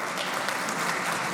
Anyanghaseyo.